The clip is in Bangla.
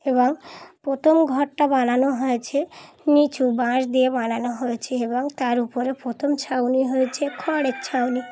এবং প্রথম ঘরটা বানানো হয়েছে নিচু বাঁশ দিয়ে বানানো হয়েছে এবং তার উপরে প্রথম ছাউনি হয়েছে খড়ের ছাউনি